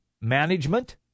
management